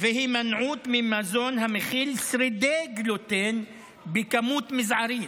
והימנעות ממזון המכיל שרידי גלוטן בכמות מזערית.